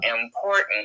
important